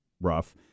rough